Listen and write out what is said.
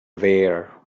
there